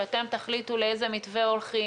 שאתם תחליטו לאיזה מתווה הולכים,